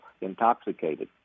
intoxicated